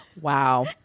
Wow